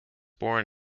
born